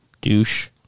Douche